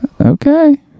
Okay